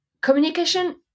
communication